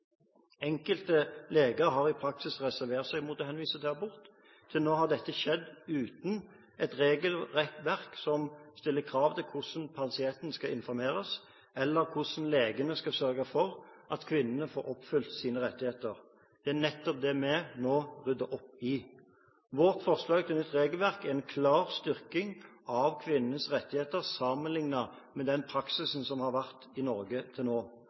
Enkelte leger har i praksis reservert seg mot å henvise til abort. Til nå har dette skjedd uten et regelverk som stiller krav til hvordan pasienten skal informeres, eller hvordan legene skal sørge for at kvinnene får oppfylt sine rettigheter. Det er nettopp det vi nå rydder opp i. Vårt forslag til nytt regelverk er en klar styrking av kvinners rettigheter sammenliknet med den praksisen som har vært i Norge til nå.